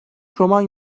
roman